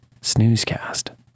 snoozecast